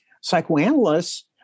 psychoanalysts